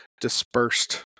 dispersed